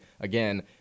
again